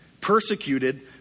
persecuted